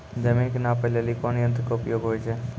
जमीन के नापै लेली कोन यंत्र के उपयोग होय छै?